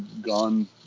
gone